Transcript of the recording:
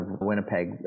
Winnipeg